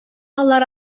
алар